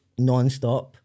nonstop